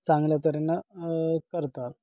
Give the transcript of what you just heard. चांगल्या तऱ्हेनं करतात